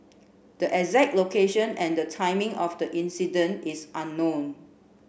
the exact location and the timing of the incident is unknown